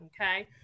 Okay